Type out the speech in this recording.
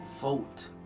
vote